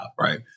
right